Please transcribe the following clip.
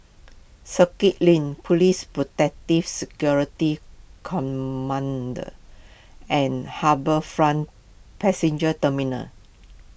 Circuit Link Police Protective Security Command and HarbourFront Passenger Terminal